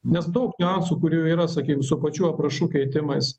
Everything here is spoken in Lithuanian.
nes daug niuansų kurių yra sakykim su pačių aprašų kritimais